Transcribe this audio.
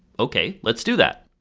okay. let's do that!